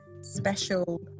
special